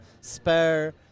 spare